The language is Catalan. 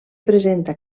presenta